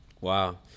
Wow